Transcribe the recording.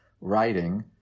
writing